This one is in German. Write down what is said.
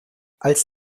als